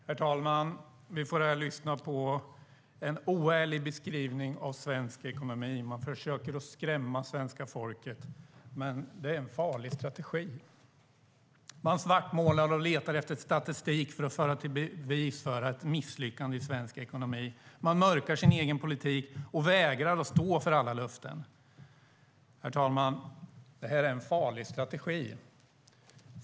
Herr talman! Vi får här lyssna på en oärlig beskrivning av svensk ekonomi. Man försöker skrämma svenska folket, men det är en farlig strategi. Man svartmålar och letar efter statistik för att föra i bevis ett misslyckande i svensk ekonomi. Man mörkar sin egen politik och vägrar stå för alla löften. Det här är en farlig strategi, herr talman.